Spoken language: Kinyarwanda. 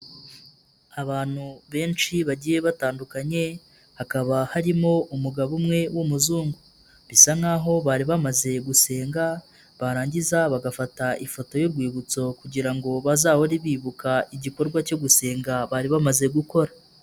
Abantu benshi bagiye batandukanye, hakaba harimo umugabo umwe w'umuzungu. Bisa nkaho bari bamaze gusenga, barangiza bagafata ifoto y'urwibutso kugira ngo bazahore bibuka igikorwa cyo gusenga bari bamaze gukora.